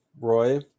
Roy